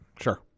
Sure